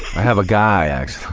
i have a guy, actually.